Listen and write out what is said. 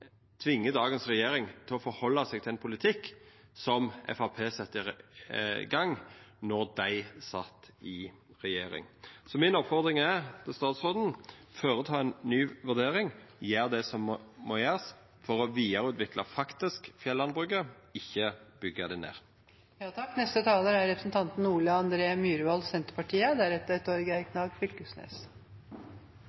dagens regjering til å forhalda seg til ein politikk som Framstegspartiet sette i gong då dei sat i regjering. Mi oppmoding til statsråden er: Gjer ei ny vurdering, og gjer det som må gjerast for faktisk å vidareutvikla fjellandbruket, ikkje byggja det